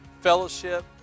fellowship